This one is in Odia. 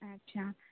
ଆଚ୍ଛା